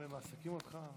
היום הם מעסיקים אותך.